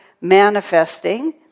manifesting